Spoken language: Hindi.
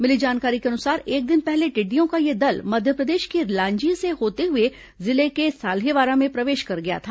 मिली जानकारी के अनुसार एक दिन पहले टिड्डियों का यह दल मध्यप्रदेश के लांजी से होते हुए जिले के साल्हेवारा में प्रवेश कर गया था